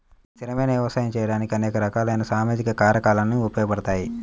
స్థిరమైన వ్యవసాయం చేయడానికి అనేక రకాలైన సామాజిక కారకాలు ఉపయోగపడతాయి